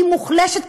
היא מוחלשת,